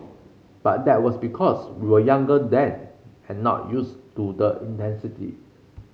but that was because we were younger then and not used to the intensity